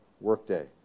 workday